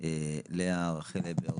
לאה רחל הבר,